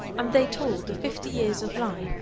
and they told of fifty years of life,